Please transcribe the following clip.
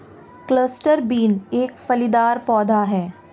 cluster bean एक फलीदार पौधा है